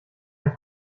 ein